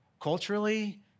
Culturally